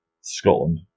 Scotland